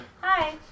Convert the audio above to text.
Hi